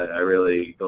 i really